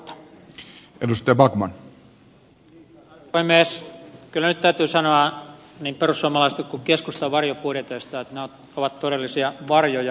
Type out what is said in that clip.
kyllä nyt täytyy sanoa niin perussuomalaisten kuin keskustan varjobudjeteista että ne ovat todellisia varjoja